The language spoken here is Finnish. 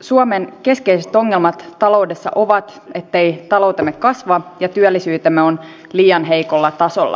suomen keskeiset ongelmat taloudessa ovat ettei taloutemme kasva ja työllisyytemme on liian heikolla tasolla